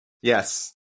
Yes